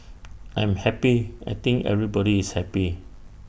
I'm happy I think everybody is happy